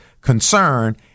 concern